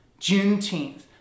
Juneteenth